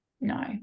no